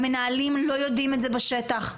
המנהלים לא יודעים את זה בשטח,